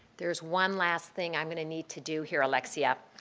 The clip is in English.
there is one last thing i'm going to need to do here, alexia.